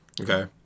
Okay